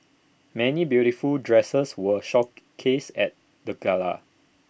many beautiful dresses were shook cased at the gala